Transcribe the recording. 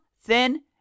thin